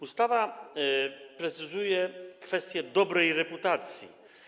Ustawa precyzuje kwestię dobrej reputacji.